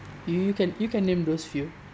you you can you can name those few